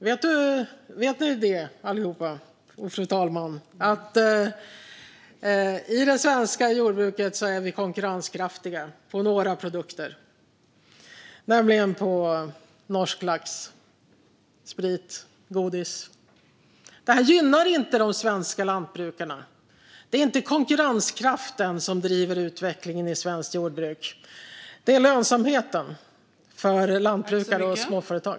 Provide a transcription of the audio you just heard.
Vet ni alla, och fru talmannen, att det svenska jordbruket är konkurrenskraftigt när det gäller några produkter, nämligen norsk lax, sprit och godis? Det här gynnar inte de svenska lantbrukarna. Det är inte konkurrenskraften som driver utvecklingen i svenskt jordbruk utan det är lönsamheten för lantbrukare och småföretag.